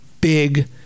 big